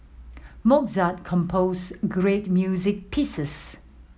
Mozart composed great music pieces